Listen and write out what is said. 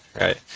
Right